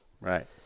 Right